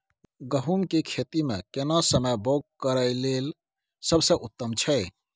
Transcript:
गहूम के खेती मे केना समय बौग करय लेल सबसे उत्तम छै?